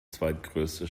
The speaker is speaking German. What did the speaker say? zweitgrößte